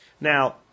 Now